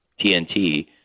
TNT